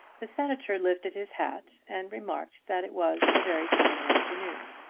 the senator lifted his hat and remarked that it was a very fine afternoon.